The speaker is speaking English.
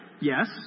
Yes